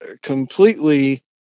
completely